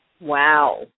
Wow